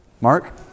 Mark